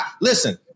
Listen